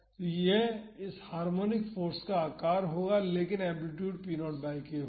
तो यह इस हार्मोनिक फाॅर्स का आकार होगा लेकिन एम्पलीटूड p0 बाई k होगा